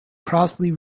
crossley